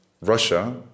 Russia